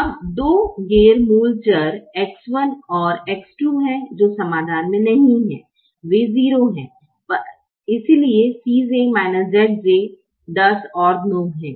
अब दो गैर मूल चर X 1 और X 2 हैं जो समाधान में नहीं हैं वे 0 पर हैं इसलिए Cj Zj 10 और 9 हैं